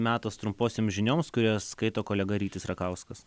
metas trumposioms žinioms kurias skaito kolega rytis rakauskas